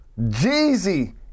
Jeezy